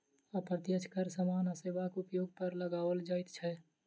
अप्रत्यक्ष कर सामान आ सेवाक उपयोग पर लगाओल जाइत छै